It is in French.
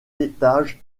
étages